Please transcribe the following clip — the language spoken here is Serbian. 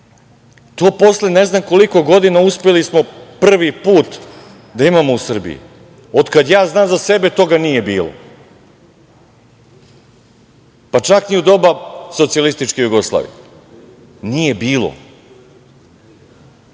smo posle ne znam koliko godina uspeli prvi put da imamo u Srbiji. Od kad ja znam za sebe, toga nije bilo, pa čak ni u doba socijalističke Jugoslavije. Nije